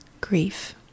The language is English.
grief